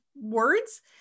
words